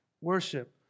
worship